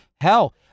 hell